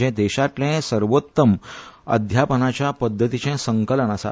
जे देशांतले सर्वोत्तम अध्यापनाच्या पद्दतींचे संकलन आसा